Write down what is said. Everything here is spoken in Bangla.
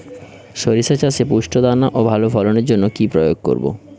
শরিষা চাষে পুষ্ট দানা ও ভালো ফলনের জন্য কি প্রয়োগ করব?